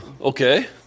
Okay